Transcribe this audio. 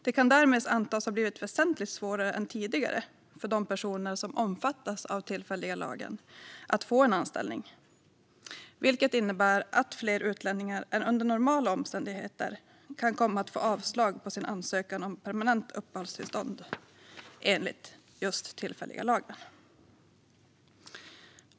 Det kan därmed antas ha blivit väsentligt svårare än tidigare för de personer som omfattas av tillfälliga lagen att få en anställning, vilket innebär att fler utlänningar än under normala omständigheter kan komma att få avslag på sin ansökan om permanent uppehållstillstånd enligt just tillfälliga lagen.